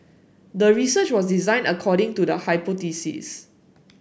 the research was designed according to the hypothesis